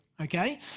okay